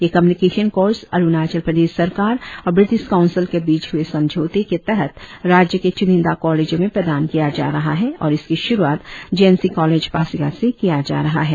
यह communication course Arunachal Pradesh सरकार और ब्रीटिस काउंसिल के बीच हए समझौते के तहत राज्य के च्निंदा कॉलेजो में प्रदान किया जा रहा है और इसकी श्रुआत J N C college Pasighat से किया जा रहा है